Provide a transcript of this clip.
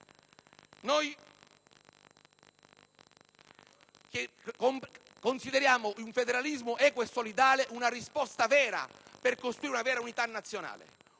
Consideriamo il federalismo equo e solidale una risposta vera per costruire un'autentica unità nazionale;